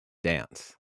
dance